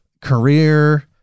career